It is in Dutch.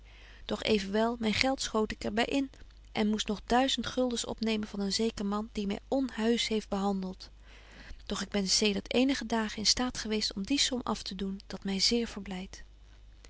doch evenwel myn geld schoot ik er by in en moest nog duizend guldens opnemen van een zeker man die my onheusch heeft behanbetje wolff en aagje deken historie van mejuffrouw sara burgerhart delt doch ik ben zedert eenige dagen in staat geweest om die som af te doen dat my zeer verblydt